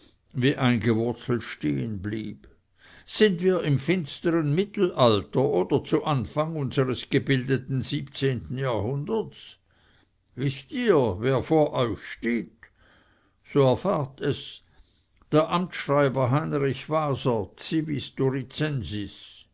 wie eingewurzelt stehen blieb sind wir im finstern mittelalter oder zu anfang unseres gebildeten siebzehnten jahrhunderts wißt ihr wer vor euch steht so erfahrt es der amtsschreiber heinrich waser